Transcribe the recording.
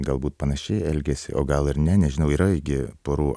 galbūt panašiai elgiasi o gal ir ne nežinau yra gi porų